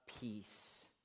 Peace